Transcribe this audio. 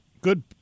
Good